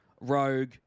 Rogue